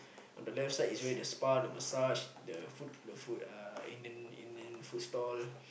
on the left side is where the spa the message the food the food uh Indian Indian food stall